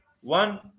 one